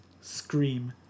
scream